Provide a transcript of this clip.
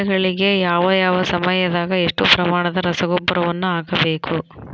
ಬೆಳೆಗಳಿಗೆ ಯಾವ ಯಾವ ಸಮಯದಾಗ ಎಷ್ಟು ಪ್ರಮಾಣದ ರಸಗೊಬ್ಬರವನ್ನು ಹಾಕಬೇಕು?